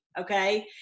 okay